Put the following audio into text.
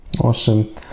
Awesome